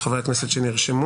חברי כנסת שנרשמו,